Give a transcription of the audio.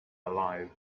alive